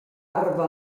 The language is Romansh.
arva